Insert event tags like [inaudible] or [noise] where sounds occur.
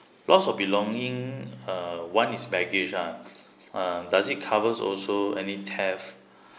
loss of belonging uh one is baggage ah uh does it covers also any theft [breath]